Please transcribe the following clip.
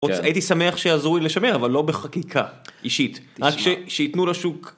הייתי שמח שיעזרו לי לשמר אבל לא בחקיקה אישית רק שיתנו לשוק.